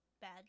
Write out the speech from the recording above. bad